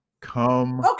Come